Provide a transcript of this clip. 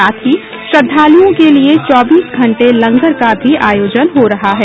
साथ ही श्रद्धालुओं के लिये चौबीस घंटे लंगर का भी आयोजन हो रहा है